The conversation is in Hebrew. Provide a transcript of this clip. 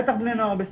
בטח בני נוער בסיכון.